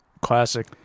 Classic